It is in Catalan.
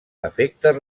efectes